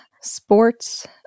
sports